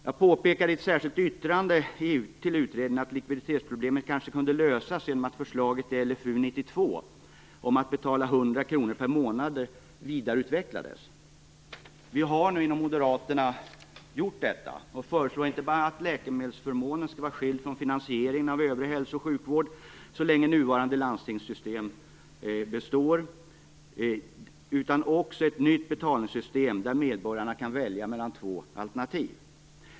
Jag påpekade i ett särskilt yttrande till utredningen att likviditetsproblemet kanske kunde lösas genom att förslaget i LFU 92 om att betala 100 kr per månad vidareutvecklades. Vi inom moderaterna har nu gjort detta och föreslår inte bara att läkemedelsförmånen skall vara skild från finansieringen av övrig hälsooch sjukvård så länge nuvarande landstingsmodell består utan också ett nytt betalningssystem där medborgarna själva kan välja mellan två alternativ.